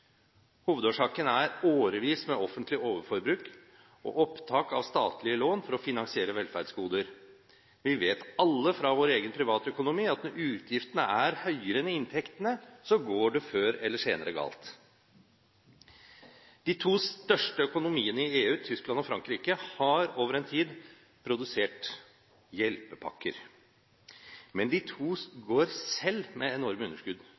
Hovedårsaken er årevis med offentlig overforbruk og opptak av statlige lån for å finansiere velferdsgoder. Vi vet alle fra vår egen privatøkonomi at når utgiftene er høyere enn inntektene, går det før eller senere galt. De to største økonomiene i EU, Tyskland og Frankrike, har over en tid produsert hjelpepakker, men de to går selv med enorme underskudd.